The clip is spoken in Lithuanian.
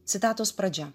citatos pradžia